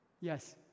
Yes